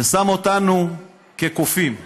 ושם אותנו כקופים.